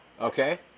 Okay